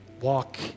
walk